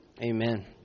Amen